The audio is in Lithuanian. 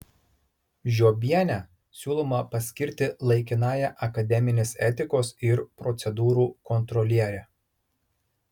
žiobienę siūloma paskirti laikinąja akademinės etikos ir procedūrų kontroliere